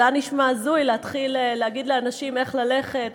זה היה נשמע הזוי להתחיל להגיד לאנשים איך ללכת,